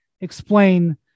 explain